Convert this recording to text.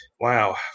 Wow